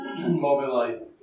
mobilized